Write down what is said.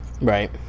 right